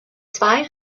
zwei